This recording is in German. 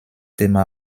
thema